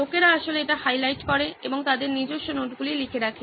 লোকেরা আসলে এটা হাইলাইট করে এবং তাদের নিজস্ব নোটগুলি লিখে রাখে